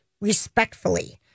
respectfully